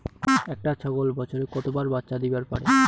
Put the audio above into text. একটা ছাগল বছরে কতবার বাচ্চা দিবার পারে?